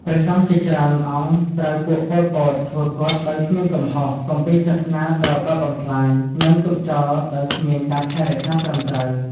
ព្រះសង្ឃជា ច្រើនអង្គត្រូវពួក ប៉ុល ពត ធ្វើគតដោយគ្មានកំហុស គម្ពីរសាសនាត្រូវដុតបំផ្លាញ និង ទុកចោលដោយគ្មានការថែរក្សាត្រឹមត្រូវ ។